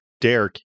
Derek